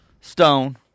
Stone